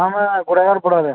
ହଁ ପଡ଼ବା କାଏଁ